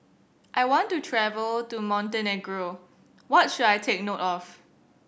I want to travel to Montenegro what should I take note of